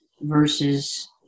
versus